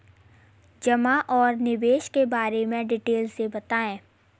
जमा और निवेश के बारे में डिटेल से बताएँ?